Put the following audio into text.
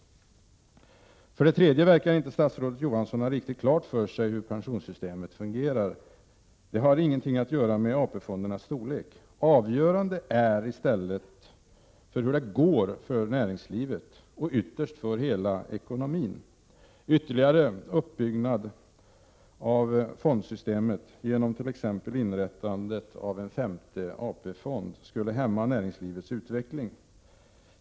För det tredje verkar inte statsrådet Johansson ha riktigt klart för sig hur pensionssystemet fungerar. Det har ingenting att göra med AP-fondernas storlek. Avgörande är i stället hur det går för näringslivet och ytterst för hela ekonomin. En ytterligare utbyggnad av fondsystemet, t.ex. genom inrättandet av en femte AP-fond, skulle hämma näringslivets utveckling.